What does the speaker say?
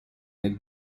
nel